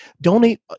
Donate